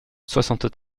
soixante